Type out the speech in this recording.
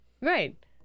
Right